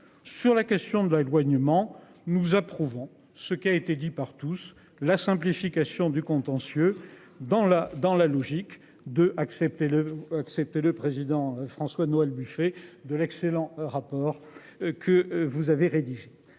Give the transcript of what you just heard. sur la question de l'éloignement nous approuvons ce qui a été dit par tous, la simplification du contentieux dans la, dans la logique de accepter le. Le président François Noël Buffet de l'excellent rapport que vous avez rédigé,